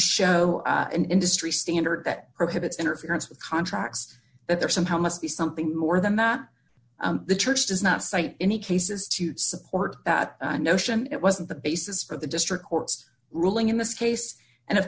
show an industry standard that prohibits interference with contracts that they're somehow must be something more than that the church does not cite any cases to support that notion it wasn't the basis of the district court's ruling in this case and of